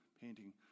painting